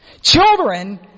Children